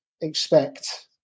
expect